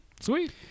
Sweet